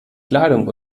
kleidung